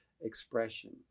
expression